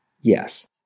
Yes